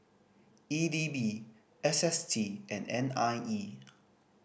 E D B S S T and N I E